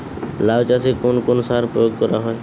লাউ চাষে কোন কোন সার প্রয়োগ করা হয়?